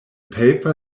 paper